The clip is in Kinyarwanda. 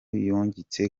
yungutse